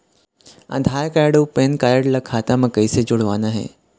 आधार card अऊ PAN card ला खाता म कइसे जोड़वाना हे?